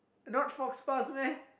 not faux pas meh